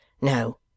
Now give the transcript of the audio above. No